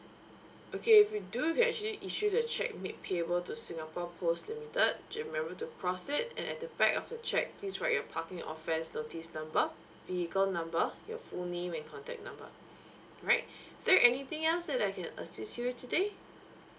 okay if you do you can actually issue the check made payable to singapore post limited remember to cross it and at the back of the check please write you parking offence notice number vehicle number your full name and contact number alright is there anything else that I can assist you with today